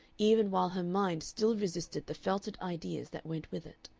even while her mind still resisted the felted ideas that went with it.